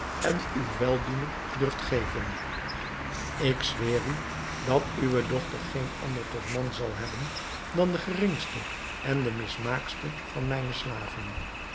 en uw weldoener durft geven ik zweer u dat uwe dochter geen ander tot man zal hebben dan de geringste en de mismaaktste van mijne slaven